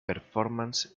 performance